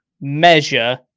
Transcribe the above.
measure